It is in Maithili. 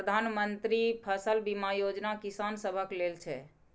प्रधानमंत्री मन्त्री फसल बीमा योजना किसान सभक लेल छै